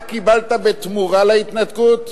מה קיבלת בתמורה להתנתקות?